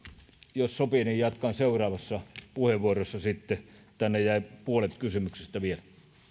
jos sopii jatkan sitten seuraavassa puheenvuorossa tänne jäi puolet kysymyksistä vielä